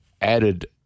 added